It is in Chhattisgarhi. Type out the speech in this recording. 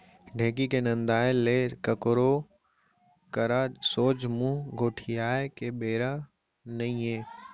ढेंकी के नंदाय ले काकरो करा सोझ मुंह गोठियाय के बेरा नइये